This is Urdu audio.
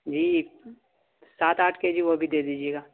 جی سات آٹھ کے جی وہ بھی دے دیجیے گا